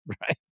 right